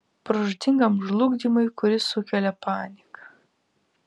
pražūtingam žlugdymui kuris sukelia panika